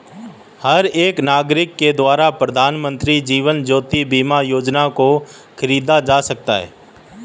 हर एक नागरिक के द्वारा प्रधानमन्त्री जीवन ज्योति बीमा योजना को खरीदा जा सकता है